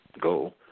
go